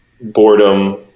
boredom